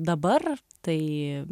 dabar tai